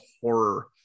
horror